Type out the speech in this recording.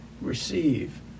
receive